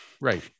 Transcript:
Right